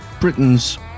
Britain's